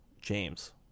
James